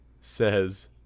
says